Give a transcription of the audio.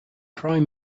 prime